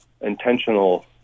intentional